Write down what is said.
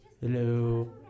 Hello